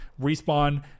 Respawn –